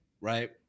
right